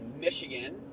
Michigan